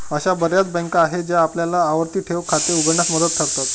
अशा बर्याच बँका आहेत ज्या आपल्याला आवर्ती ठेव खाते उघडण्यास मदत करतात